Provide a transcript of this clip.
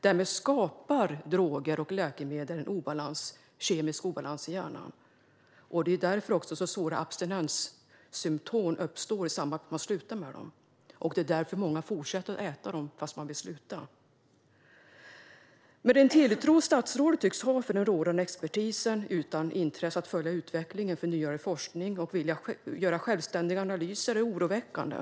Däremot skapar droger och läkemedel en kemisk obalans i hjärnan, och det är också därför så svåra abstinenssymtom uppstår i samband med att man slutar med dem. Det är därför många fortsätter att äta dem fast de vill sluta. Den tilltro statsrådet tycks ha till den rådande expertisen, utan intresse av att följa utvecklingen i nyare forskning och göra självständiga analyser, är oroväckande.